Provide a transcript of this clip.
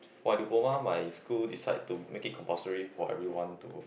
for my diploma my school decide to make it compulsory for everyone to